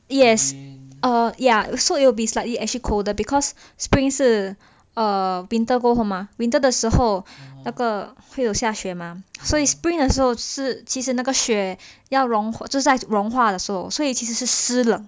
yes err ya so it'll be slightly actually colder because spring 是 err winter 过后嘛 winter 的时候那个会有下雪 mah 所以 spring 的时候是其实那个雪要融在融化的时候所以其实是湿了